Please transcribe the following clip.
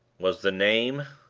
was the name?